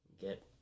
get